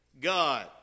God